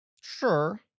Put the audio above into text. Sure